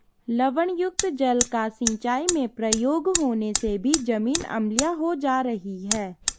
लवणयुक्त जल का सिंचाई में प्रयोग होने से भी जमीन अम्लीय हो जा रही है